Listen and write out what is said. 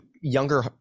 younger